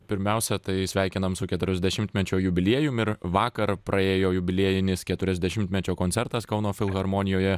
pirmiausia tai sveikinam su keturiasdešimtmečio jubiliejum ir vakar praėjo jubiliejinis keturiasdešimtmečio koncertas kauno filharmonijoje